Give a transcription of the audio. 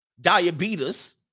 Diabetes